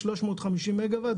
350 מגה וואט,